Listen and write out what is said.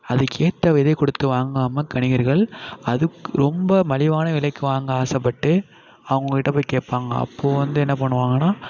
அதுக்கு ஏற்ற விதை கொடுத்து வாங்காமல் வணிகர்கள் அதுக்கு ரொம்ப மலிவான விலைக்கு வாங்க ஆசைப்பட்டு அவங்கக்கிட்ட போய் கேட்பாங்க அப்போது வந்து என்ன பண்ணுவாங்கன்னா